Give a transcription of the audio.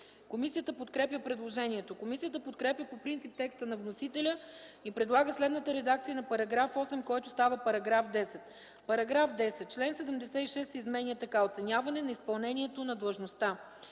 Комисията подкрепя предложението. Комисията подкрепя по принцип текста на вносителя и предлага следната редакция на § 8, който става § 10: „§ 10. Член 76 се изменя така: „Оценяване на изпълнението на длъжността”